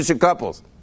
couples